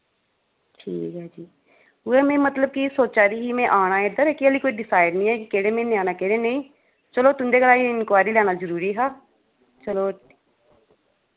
ठीक ऐ जी उ'ऐ में मतलब कि सोचा दी ही में आना इद्धर कि हाल्ली कोई डीसाइड निं ऐ कि केह्ड़े म्हीनै आना केह्ड़े नेईं चलो तुं'दे कोला एह् इन्क्वायरी लैना जरूरी हा चलो